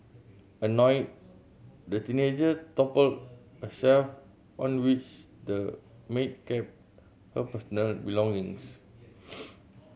annoyed the teenager toppled a shelf on which the maid kept her personal belongings